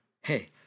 Hey